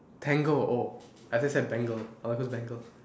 tango oh I just said bangle I was like who's bangle